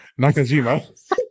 Nakajima